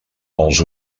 els